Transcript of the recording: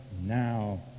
now